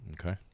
Okay